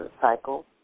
cycle